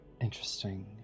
Interesting